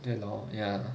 对 lor ya